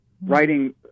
writing